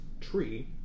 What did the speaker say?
tree